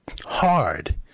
hard